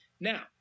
Now